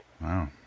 wow